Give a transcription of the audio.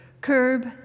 Curb